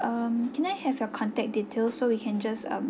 um can I have your contact details so we can just um